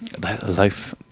Life